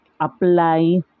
apply